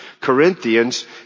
Corinthians